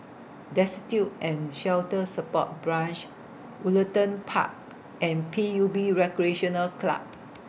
Destitute and Shelter Support Branch Woollerton Park and P U B Recreational Club